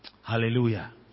Hallelujah